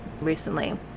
recently